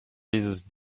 dieses